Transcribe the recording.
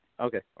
Okay